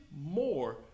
more